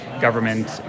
government